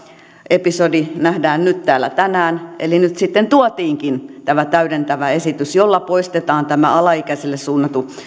episodi nähdään nyt täällä tänään eli nyt sitten tuotiinkin tämä täydentävä esitys jolla poistetaan tämä alaikäiselle suunnattu